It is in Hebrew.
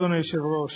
אדוני היושב-ראש,